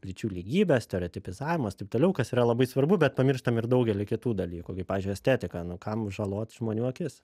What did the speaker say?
lyčių lygybę stereotipizavimas taip toliau kas yra labai svarbu bet pamirštam ir daugelį kitų dalykų kaip pavyzdžiui estetika nu kam žalot žmonių akis